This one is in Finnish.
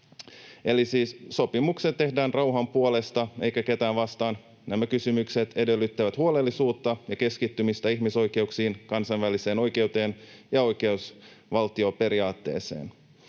ydinaseita. Sopimukset tehdään rauhan puolesta eikä ketään vastaan. Nämä kysymykset edellyttävät huolellisuutta ja keskittymistä ihmisoikeuksiin, kansainväliseen oikeuteen ja oikeusvaltioperiaatteeseen.